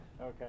Okay